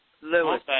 Lewis